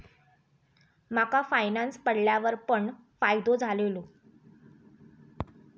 माका फायनांस पडल्यार पण फायदो झालेलो